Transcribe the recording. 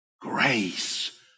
grace